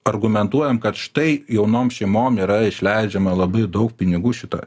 argumentuojam kad štai jaunom šeimom yra išleidžiama labai daug pinigų šito